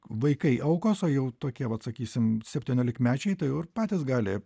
vaikai aukos o jau tokie vat sakysim septyniolikmečiai tai jau ir patys gali